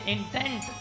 Intent